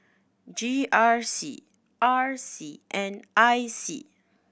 G R C R C and I C